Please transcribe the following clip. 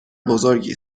بزرگی